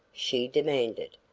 she demanded.